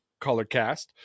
ColorCast